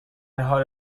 حال